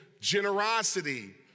generosity